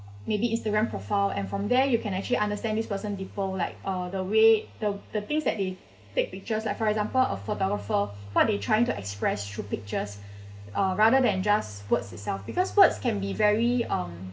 maybe it's the man profile and from there you can actually understand this person deeper like the way the the things that they take pictures like for example a photographer what they trying to express through pictures uh rather than just words itself because words can be very um